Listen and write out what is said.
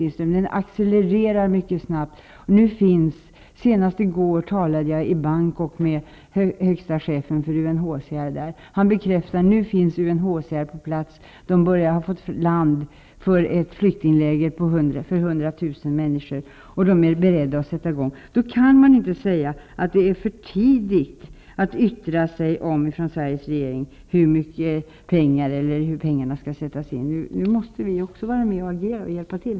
I stället accelererar flyktingströmmarna. Senast i går talade jag i Bangkok med högste chefen för UNHCR. Han be kräftade att UNHCR nu finns på plats. Man har fått mark för ett flyktinglä ger för 100 000 människor. UNHCR är berett att sätta i gång. Då kan man inte säga att det är för tidigt för Sveriges regering att yttra sig om hur mycket pengar som kan sättas in. Vi måste vara med och hjälpa till.